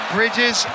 Bridges